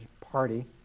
party